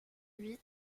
huit